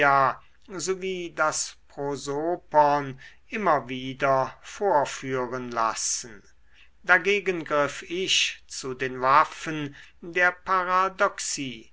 sowie das prosopon immer wieder vorführen lassen dagegen griff ich zu den waffen der paradoxie